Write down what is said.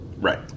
Right